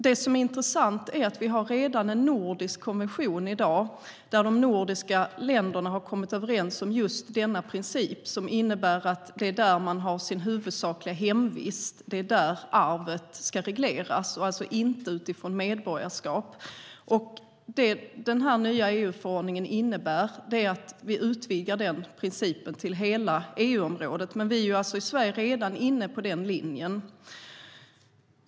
Det som är intressant är att vi redan i dag har en nordisk konvention. De nordiska länderna har kommit överens om just denna princip, som innebär att det är i det land där man har sin huvudsakliga hemvist som arvet ska regleras. Det ska alltså inte ske utifrån medborgarskap. Den nya EU-förordningen innebär att vi utvidgar den principen till hela EU-området. Men vi i Sverige är alltså redan inne på den linjen.